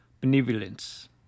benevolence